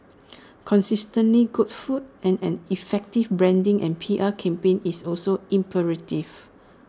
consistently good food and an effective branding and P R campaign is also imperative